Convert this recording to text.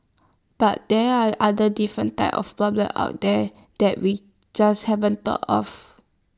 but there are other different type of problems out there that we just haven't thought of